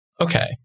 Okay